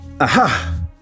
aha